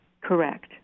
Correct